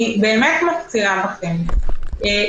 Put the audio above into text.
אני באמת מפצירה בכם,